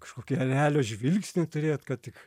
kažkokį erelio žvilgsnį turėt kad tik